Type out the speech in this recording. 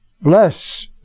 Bless